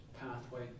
pathway